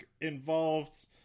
involved